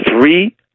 three